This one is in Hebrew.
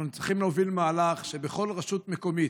אנחנו צריכים להוביל מהלך שבכל רשות מקומית,